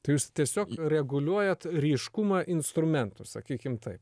tai jūs tiesiog reguliuojat ryškumą instrumentų sakykim taip